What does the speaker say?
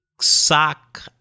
sock